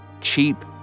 cheap